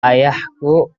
ayahku